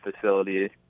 facility